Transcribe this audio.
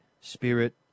spirit